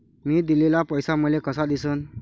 मी दिलेला पैसा मले कसा दिसन?